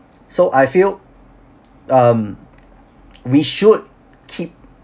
so I feel um we should keep